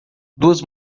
duas